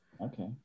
Okay